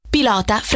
Pilota